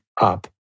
up